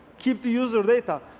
keep the user data.